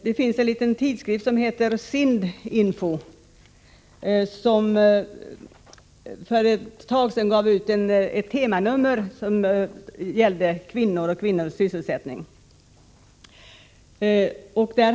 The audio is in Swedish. Det finns en liten tidskrift som heter Sind-info som för en tid sedan gav ut ett temanummer om kvinnor och kvinnors sysselsättning. Bl.